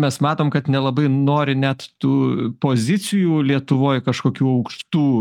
mes matom kad nelabai nori net tų pozicijų lietuvoj kažkokių aukštų